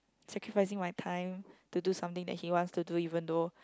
sacrificing my time to do something that he wants to do even though